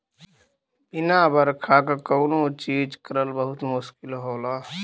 बिना बरखा क कौनो चीज करल बहुत मुस्किल होला